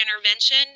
intervention